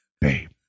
babe